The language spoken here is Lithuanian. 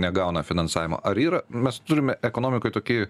negauna finansavimo ar yra mes turime ekonomikoj tokį